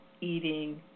eating